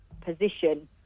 position